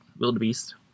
wildebeest